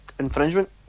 Infringement